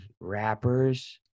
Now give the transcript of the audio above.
rappers